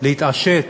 להתעשת